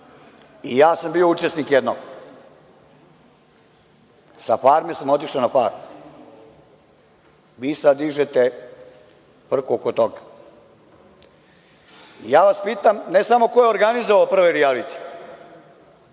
I ja sam bio učesnik jednog. Sa „Farme“ sam otišao na farmu. Vi sad dižete frku oko toga. Ja vas pitam, ne samo ko je organizovao prve rijalitije,